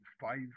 five